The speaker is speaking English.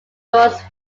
dawes